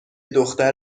دختر